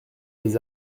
les